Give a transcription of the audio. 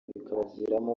bikabaviramo